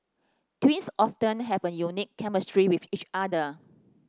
twins often have a unique chemistry with each other